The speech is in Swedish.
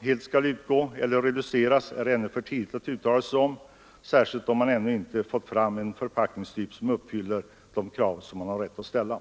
helt skall utgå eller reduceras är ännu för tidigt att uttala sig om, särskilt som man ännu inte fått fram en förpackningstyp som uppfyller de krav vi har rätt att ställa.